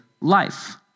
life